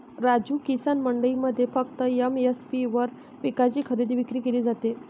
राजू, किसान मंडईमध्ये फक्त एम.एस.पी वर पिकांची खरेदी विक्री केली जाते